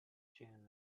june